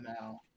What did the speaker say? now